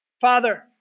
Father